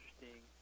interesting